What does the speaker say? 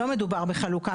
לא מדובר בחלוקה.